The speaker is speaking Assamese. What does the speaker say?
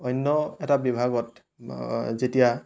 অন্য এটা বিভাগত যেতিয়া